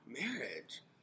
marriage